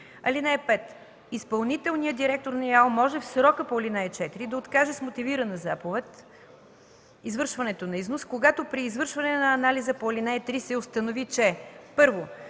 износ. (5) Изпълнителният директор на ИАЛ може в срока по ал. 4 да откаже с мотивирана заповед извършването на износ, когато при извършване на анализа по ал. 3 се установи, че: